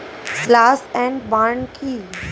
Slash and burn কি?